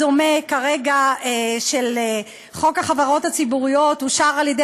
אתה לא יכול לדבר ככה על חברי כנסת.